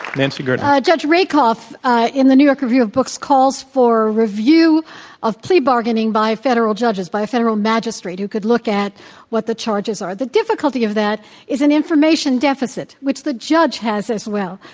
nancy gertner. judge rakoff ah in the new york review of books calls for review of plea bargaining by federal judges, by a federal magistrate who could look at what the charges are. the difficulty of that is an information deficit, which the judge has as well.